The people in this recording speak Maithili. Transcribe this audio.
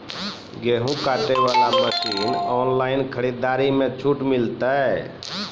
गेहूँ काटे बना मसीन ऑनलाइन खरीदारी मे छूट मिलता?